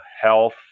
health